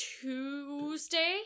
Tuesday